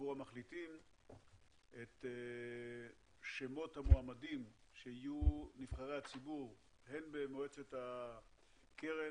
עבור המחליטים את שמות המועמדים שיהיו נבחרי הציבור הן במועצת הקרן